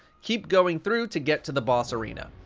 keep going through to get to the boss arena.